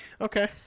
Okay